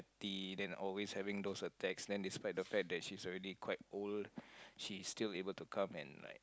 the then always having those attacks then despite the fact that she's already quite old she is still able to come and like